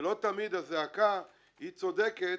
ולא תמיד הזעקה היא צודקת.